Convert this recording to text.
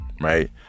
Right